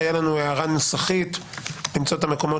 למעט הערה נוסחית של למצוא את המקומות